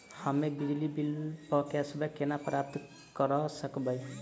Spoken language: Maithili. हम्मे बिजली बिल प कैशबैक केना प्राप्त करऽ सकबै?